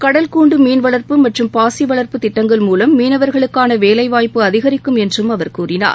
கடல் கூண்டு மீன்வளர்ப்பு மற்றும் பாசி வளர்ப்பு திட்டங்கள் மூலம் மீனவர்களுக்கான வேலை வாய்ப்பு அதிகரிக்கும் என்றம் அவர் கூறினார்